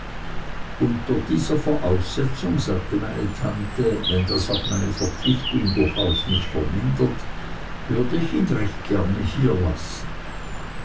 unter dieser voraussetzung sagte meine tante wenn das auch meine verpflichtung durchaus nicht vermindert würde ich ihn recht gern hier lassen